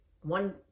one